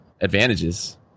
advantages